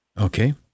Okay